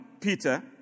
Peter